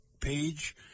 page